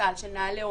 למשל נעלה,